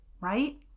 right